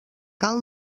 cal